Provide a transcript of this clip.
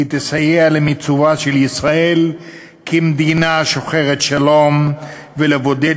היא תסייע למיצובה של ישראל כמדינה שוחרת שלום ולבידוד